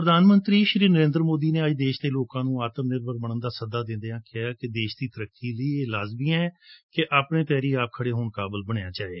ਪ੍ਰਧਾਨ ਮੰਤਰੀ ਸ੍ਰੀ ਨਰੇ'ਦਰ ਮੋਦੀ ਨੇ ਅੱਜ ਦੇਸ਼ ਦੇ ਲੋਕਾਂ ਨੰ ਆਤਮ ਨਿਰਭਰ ਬਣਨ ਦਾ ਸੱਦਾ ਦਿੰਦਿਆਂ ਕਿਹੈ ਕਿ ਦੇਸ਼ ਦੀ ਤਰੱਕੀ ਲਈ ਇਹ ਲਾਜ਼ਮੀ ਹੈ ਕਿ ਆਪਣੇ ਪੈਰੀ ਆਪ ਖੜੇ ਹੋਣ ਕਾਬਲ ਬਣਿਆ ਜਾਵੇ